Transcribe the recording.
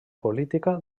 política